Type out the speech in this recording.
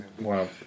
Wow